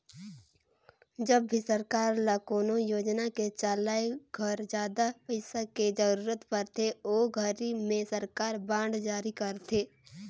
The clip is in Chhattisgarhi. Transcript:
जब भी सरकार ल कोनो योजना के चलाए घर जादा पइसा के जरूरत परथे ओ घरी में सरकार बांड जारी करथे